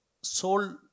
soul